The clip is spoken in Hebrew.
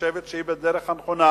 שחושבת שהיא בדרך הנכונה